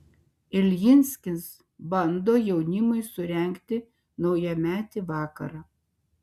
iljinskis bando jaunimui surengti naujametį vakarą